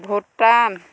Bhutan